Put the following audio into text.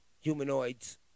humanoids